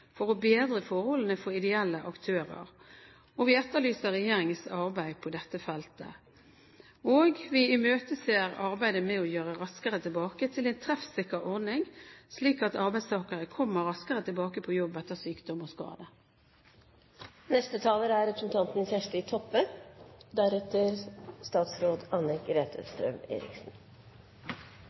for å bedre forholdene for ideelle aktører. Vi etterlyser regjeringens arbeid på dette feltet, og vi imøteser arbeidet med å gjøre Raskere tilbake til en treffsikker ordning, slik at arbeidstakere kommer raskere tilbake på jobb etter sykdom og skade.